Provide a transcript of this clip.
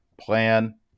plan